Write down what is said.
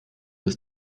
ist